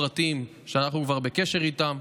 ואנחנו כבר בקשר איתם.